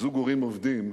זוג הורים עובדים,